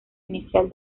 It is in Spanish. inicial